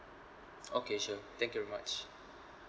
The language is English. okay sure thank you very much